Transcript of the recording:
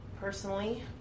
Personally